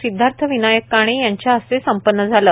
सिदधार्थविनायक काणे यांच्या हस्ते संपन्न झाले